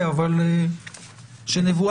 נגיד,